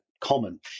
common